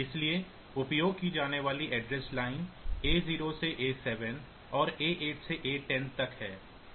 इसीलिए उपयोग की जाने वाली एड्रेस लाइन A0 से A7 और A8 से A10 तक है